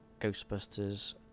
Ghostbusters